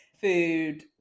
food